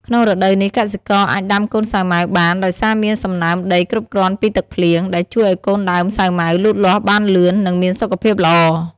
ក្នុងរដូវនេះ កសិករអាចដាំកូនសាវម៉ាវបានដោយសារមានសំណើមដីគ្រប់គ្រាន់ពីទឹកភ្លៀង ដែលជួយឲ្យកូនដើមសាវម៉ាវលូតលាស់បានលឿន និងមានសុខភាពល្អ។